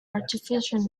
artificial